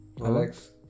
Alex